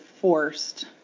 forced